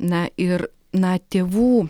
na ir na tėvų